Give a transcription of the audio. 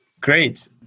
Great